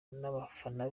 n’abafana